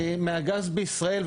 מהגז בישראל,